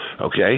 okay